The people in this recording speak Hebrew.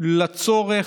על הצורך,